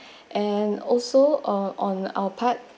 and also on on our part